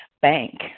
bank